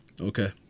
Okay